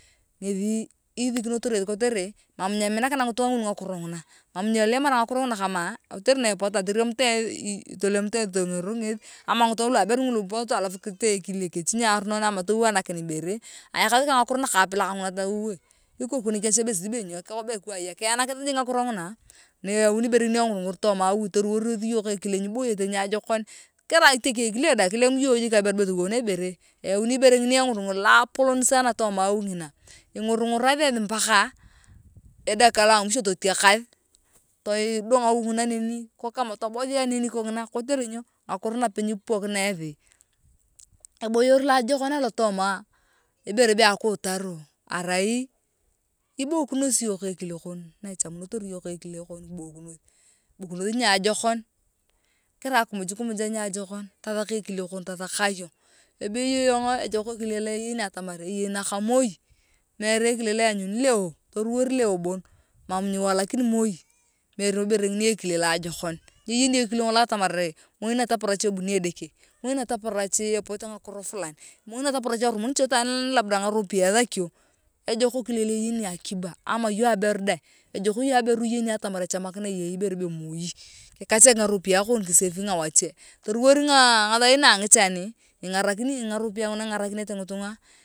Ngethi ithiikinotor eeth kotere mam nyemi nakina ngitunga ngulu ngakiro nguna mam nyelemara ngakiro nguna kaame kotere na epota toriamutu eeth kame tolemutu eeth tongero ngeth ama ngatunga lua aberu potu alaf kitei ekile kechi niaronori ama towou ainakini ibero tayakathi ka angakinonakapilak nguna woe ikoku nikech be sijui be nyo be kwai a kiienakisi jik ngakiro nguna na eyauni ibore ngini engur ngur tooma awi toruwoor yong ke ekile nyiboyote niajokon kerai itekeng ekile dang kulemu iyong jik aberu be towounia ibore uyauni ibere ngini engur ngur loapolon sana tooama awi ngina ingurngurathi mpaka adakika la emwisho totiakata toyi kidogo awi ngina neni kok kama tobothia neni kongina kotere nyo? Ngakiro nape nipupokina eetwi aboyor loajokon alotooma ibere be akuutoro arai ibuikonosi iyong ka ekile kon naachamunotor iyong ka ukile kon kibaikonos kibuikonoth niajokon kerai akimuj kimuja niajokon tathaka ekile kon tathaka iyong ebeyo iyong ejoka ekile lo eyeni atamar eyei nakamoi mere ekile loa eanyuni leo toruor leo bon mam nyiwalakini moi meere robo ibere ngini ekile loajokon njeyeni ekile ngolo atamar ee moi nataparach aa ebote nyakiro fulani moi nataparach eramuh iche tuan labda naarupee ethakio ejok ekile lo eyeni akiba ama iyong aberu deng ejok iyong aberu iyeni atamar ichemakira iyeyi ibore be moi kikachak ngaropiae kon kisefinga wache toruwor ngaaa ngathain naangi chan ingarakini ngaropia nguna engarakinete ngifunga